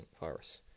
virus